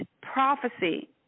prophecy